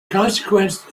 consequence